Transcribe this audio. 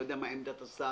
לא יודע מה עמדת השר,